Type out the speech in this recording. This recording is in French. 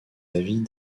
avis